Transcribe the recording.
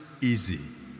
easy